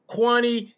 Quani